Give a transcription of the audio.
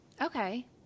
Okay